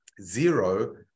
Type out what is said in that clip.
zero